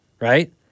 right